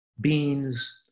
beans